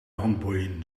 handboeien